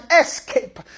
escape